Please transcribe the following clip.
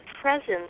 presence